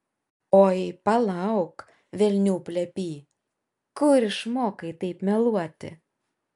oi palauk velnių plepy kur išmokai taip meluoti